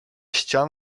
ścian